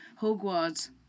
hogwarts